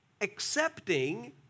accepting